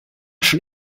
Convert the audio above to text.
schon